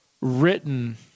written